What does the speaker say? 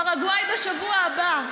פרגוואי בשבוע הבא.